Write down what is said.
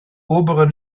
oberen